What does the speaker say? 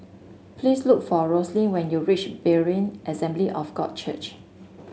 please look for Roslyn when you reach Berean Assembly of God Church